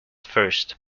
first